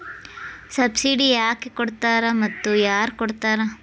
Subsidy ಯಾಕೆ ಕೊಡ್ತಾರ ಮತ್ತು ಯಾರ್ ಕೊಡ್ತಾರ್?